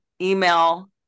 email